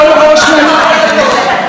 את לא יכולה,